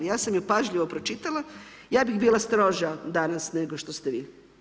Ja sam ju pažljivo pročitala, ja bih bila stroža danas nego što ste vi.